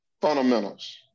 fundamentals